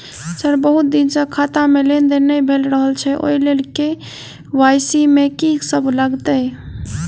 Sir बहुत दिन सऽ खाता मे लेनदेन नै भऽ रहल छैय ओई लेल के.वाई.सी मे की सब लागति ई?